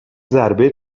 ضربه